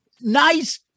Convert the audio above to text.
Nice